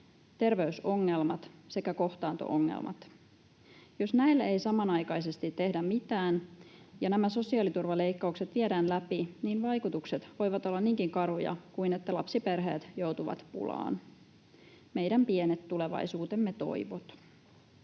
terveysongelmat sekä kohtaanto-ongelmat. Jos samanaikaisesti näille ei tehdä mitään ja sosiaaliturvaleikkaukset viedään läpi, niin vaikutukset voivat olla niinkin karuja kuin että lapsiperheet joutuvat pulaan, meidän pienet tulevaisuuden toivomme.